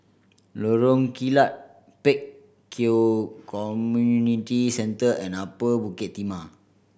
Lorong Kilat Pek Kio Community Centre and Upper Bukit Timah